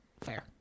Fair